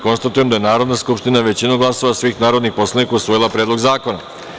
Konstatujem da je Narodna skupština, većinom glasova svih narodnih poslanika, usvojila Predlog zakona.